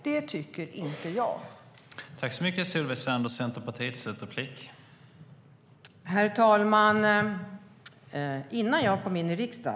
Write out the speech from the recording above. Det tycker inte jag.